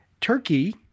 Turkey